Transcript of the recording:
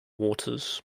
waters